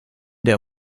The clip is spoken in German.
der